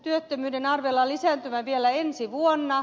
työttömyyden arvellaan lisääntyvän vielä ensi vuonna